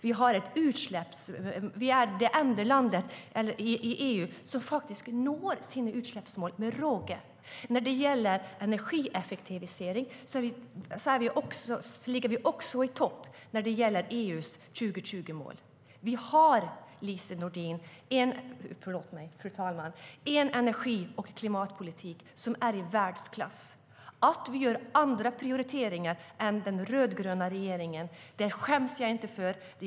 Vi är det enda land i EU som når sina utsläppsmål med råge. I energieffektiviseringen ligger vi också i topp när det gäller EU:s 2020-mål. Vi har, fru talman, en energi och klimatpolitik som är i världsklass. Att vi gör andra prioriteringar än den rödgröna regeringen skäms jag inte för.